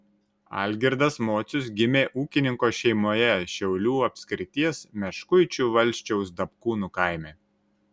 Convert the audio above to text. algirdas mocius gimė ūkininko šeimoje šiaulių apskrities meškuičių valsčiaus dapkūnų kaime